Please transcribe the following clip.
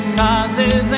causes